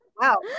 wow